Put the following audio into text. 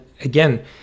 again